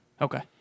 Okay